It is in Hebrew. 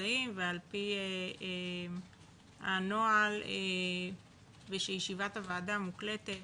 מזהים ועל פי הנוהל ושישיבת הוועדה מוקלטת,